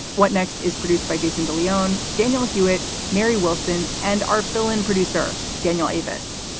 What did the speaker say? what next is produced by jason de leon, daniel hewett, mary wilson and our film and producer daniel eavis.